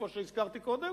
כמו שהזכרתי קודם,